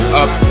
up